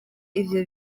ivyo